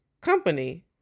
company